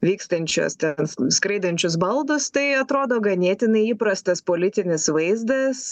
vykstančias ten skraidančius baldus tai atrodo ganėtinai įprastas politinis vaizdas